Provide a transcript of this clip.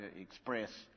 express